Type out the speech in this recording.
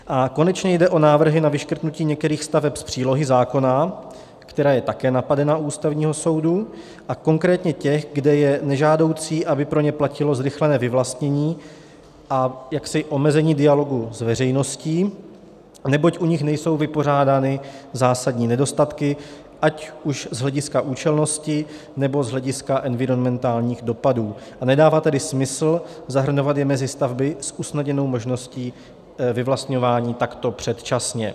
A konečně jde o návrhy na vyškrtnutí některých staveb z přílohy zákona, která je také napadena u Ústavního soudu, a konkrétně těch, kde je nežádoucí, aby pro ně platilo zrychlené vyvlastnění a jaksi omezení dialogu s veřejností, neboť u nich nejsou vypořádány zásadní nedostatky ať už z hlediska účelnosti, nebo z hlediska environmentálních dopadů, a nedává tedy smysl zahrnovat je mezi stavby s usnadněnou možností vyvlastňování takto předčasně.